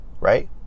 Right